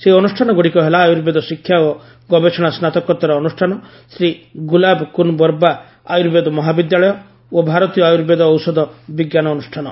ସେହି ଅନୁଷ୍ଠାନଗୁଡ଼ିକ ହେଲା ଆର୍ୟୁବେଦ ଶିକ୍ଷା ଓ ଗବେଷଣା ସ୍ନାତକୋତ୍ତର ଅନୁଷ୍ଠାନ ଶ୍ରୀ ଗୁଲାବକୁନ୍ବର୍ବା ଆର୍ୟବେଦ ମହାବିଦ୍ୟାଳୟ ଓ ଭାରତୀୟ ଆର୍ୟବେଦ ଔଷଧ ବିଜ୍ଞାନ ଅନୁଷାନ